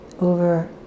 over